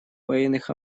военных